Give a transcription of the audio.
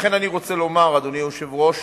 לכן אני רוצה לומר, אדוני היושב-ראש,